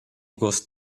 was